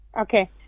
Okay